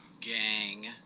gang